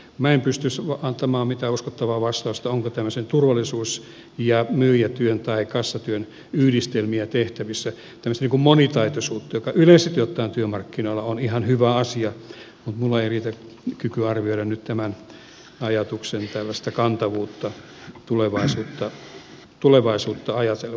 minä en pysty antamaan mitään uskottavaa vastausta onko tämmöisiä turvallisuus ja myyjätyön tai kassatyön yhdistelmiä tehtävissä tämmöistä niin kuin monitaitoisuutta joka yleisesti ottaen työmarkkinoilla on ihan hyvä asia mutta minulla ei riitä kykyä arvioida nyt tämän ajatuksen kantavuutta tulevaisuutta ajatellen